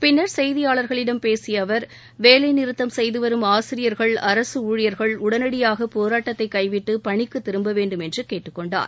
பின்னர் செய்தியார்களிடம் பேசிய அவர் வேலைநிறுத்தம் செய்துவரும் ஆசிரியர்கள் அரசு ஊழியர்கள் உடனடியாக போராட்டத்தை கைவிட்டு பணிக்கு திரும்ப வேண்டும் என்று கேட்டுக் கொண்டார்